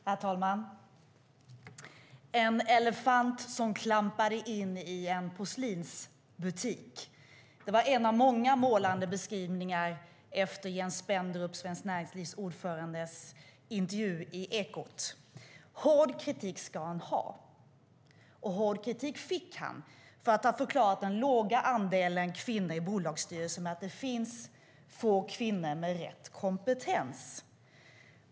Herr talman! En elefant som klampade in i en porslinsbutik - det var en av många målande beskrivningar efter intervjun i Ekot med Jens Spendrup, ordförande i Svenskt Näringsliv. Hård kritik ska han ha, och hård kritik fick han för att ha förklarat den låga andelen kvinnor i bolagsstyrelserna med att det finns få kvinnor med rätt kompetens.